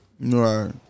Right